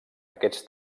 aquests